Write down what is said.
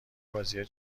بازیای